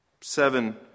Seven